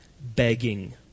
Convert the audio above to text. begging